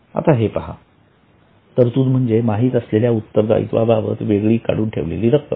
आता हे पहा तरतूद म्हणजे माहित असलेल्या उत्तरदायित्वा बाबत वेगळी काढून ठेवलेली रक्कम